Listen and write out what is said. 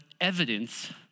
evidence